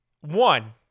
One